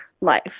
life